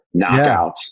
knockouts